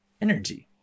energy